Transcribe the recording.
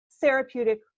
therapeutic